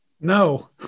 no